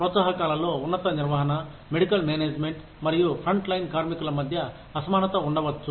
ప్రోత్సాహకాలలో ఉన్నత నిర్వహణ medical management మరియు ఫ్రంట్ లైన్ కార్మికులు మధ్య అసమానత ఉండవచ్చు